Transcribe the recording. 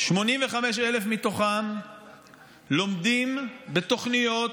85,000 מתוכם לומדים בתוכניות,